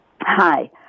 Hi